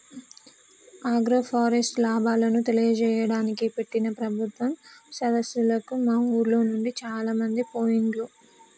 agroforest లాభాలను తెలియజేయడానికి పెట్టిన ప్రభుత్వం సదస్సులకు మా ఉర్లోనుండి చాలామంది పోయిండ్లు